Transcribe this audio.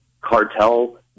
cartel